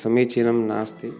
सम्मीचीनं नास्ति